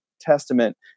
Testament